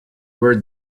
where